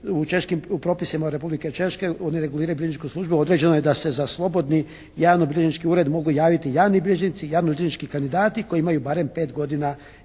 u propisima Republike Češke oni reguliraju … /Govornik se ne razumije./ … određeno je da se za slobodni javnobilježnički ured mogu javiti javni bilježnici, javnobilježnički kandidati koji imaju barem 5 godina